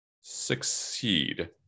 succeed